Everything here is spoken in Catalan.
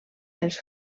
els